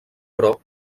però